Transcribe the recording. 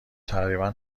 تقریبا